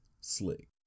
Slick